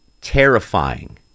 terrifying